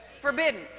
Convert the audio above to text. Forbidden